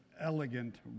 elegant